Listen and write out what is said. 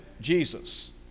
Jesus